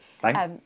Thanks